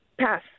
Pass